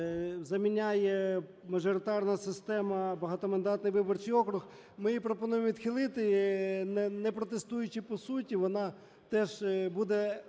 заміняє: мажоритарна система – багатомандатний виборчий округ. Ми її пропонуємо відхилити, не протестуючи по суті. Вона теж буде